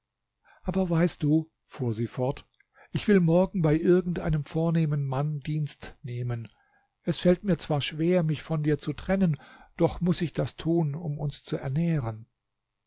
aber weißt du fuhr sie fort ich will morgen bei irgend einem vornehmen mann dienst nehmen es fällt mir zwar schwer mich von dir zu trennen doch muß ich das tun um uns zu ernähren